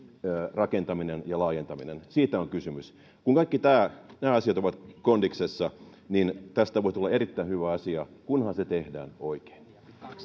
rakentaminen ja laajentaminen siitä on kysymys kun kaikki nämä asiat ovat kondiksessa niin tästä voi tulla erittäin hyvä asia kunhan se tehdään oikein